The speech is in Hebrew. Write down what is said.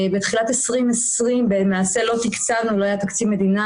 בתחילת 2020 למעשה לא היה תקציב מדינה,